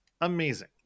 amazing